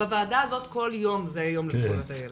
בוועדה הזאת כל יום זה יום לזכויות הילד.